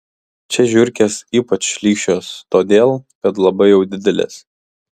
čia žiurkės ypač šlykščios todėl kad labai jau didelės